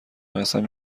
قسم